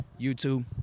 YouTube